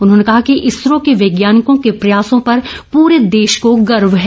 उन्होंने कहा कि इसरो के वैज्ञानिकों के प्रयासों पर पूरे देश को गर्व है